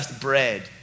bread